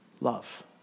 love